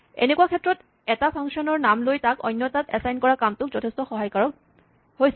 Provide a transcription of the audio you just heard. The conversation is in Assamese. এনেকুৱা ক্ষেত্ৰত এটা ফাংচনৰ নাম লৈ তাক অন্য এটাত এচাইন কৰা কামটো যথেষ্ট সহায়কাৰক হৈছে